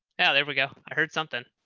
yeah, there we go. i heard something.